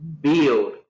build